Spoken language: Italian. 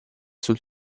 sul